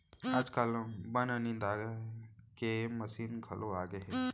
आजकाल बन निंदे के मसीन घलौ आगे हे